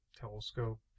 telescope